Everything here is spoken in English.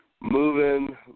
moving